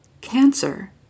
Cancer